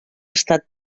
estat